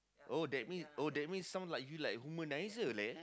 oh that mean oh that means sound like you like womanizer like that